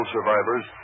Survivors